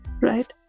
right